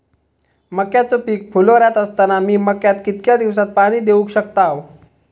मक्याचो पीक फुलोऱ्यात असताना मी मक्याक कितक्या दिवसात पाणी देऊक शकताव?